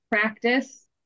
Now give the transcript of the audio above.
practice